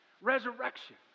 resurrection